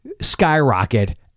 skyrocket